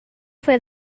fue